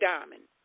Diamond